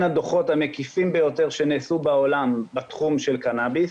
הדוחות המקיפים ביותר שנעשו בעולם בתחום של קנאביס.